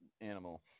animal